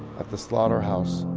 at the slaughterhouse,